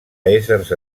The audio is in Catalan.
éssers